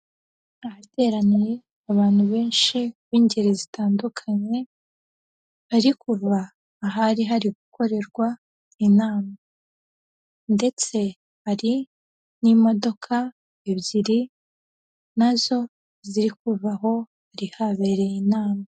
Ahateraniye abantu benshi b'ingeri zitandukanye, bari kuva ahari hari gukorerwa inama ndetse hari n'imodoka ebyiri nazo ziri kuva aho hari habereye inama.